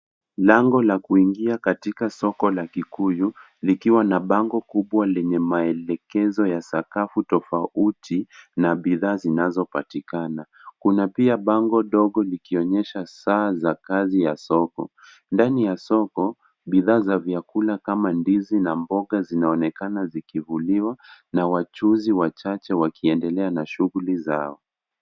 Lango la kuingia katika soko la kikuyu likiwa na bango kubwa lenye maelekezo ya sakafu tofauti na bidhaa zinazopatikana. Kuna pia bango dogo likionyesha saa za kazi ya soko. Ndani ya soko bidhaa za vyakula kama ndizi na mboga zinaonekana zikivuliwa na wachuuzi wachache wakiendelea na shughuli zao.